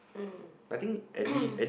mm